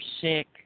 sick